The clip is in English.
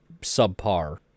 subpar